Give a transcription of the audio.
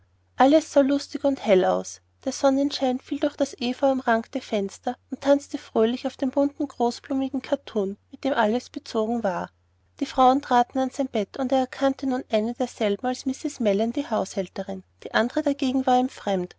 alles sah lustig und hell aus der sonnenschein fiel durch das epheuumrankte fenster und tanzte fröhlich auf dem bunten großblumigen kattun mit dem alles bezogen war die frauen traten an sein bett und er erkannte nun eine derselben als mrs mellon die haushälterin die andre dagegen war ihm fremd